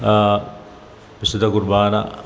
വിശുദ്ധ കുർബാന